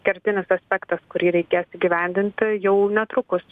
kertinis aspektas kurį reikės įgyvendinti jau netrukus